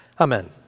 Amen